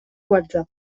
whatsapp